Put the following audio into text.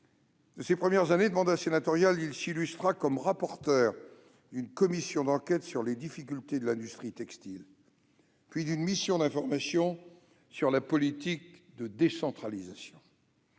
de ses premières années de mandat sénatorial, il s'illustra comme rapporteur d'une commission d'enquête sur les difficultés de l'industrie textile, puis d'une mission d'information sur la politique de décentralisation.